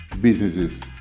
businesses